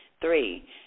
Three